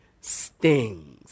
stings